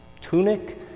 tunic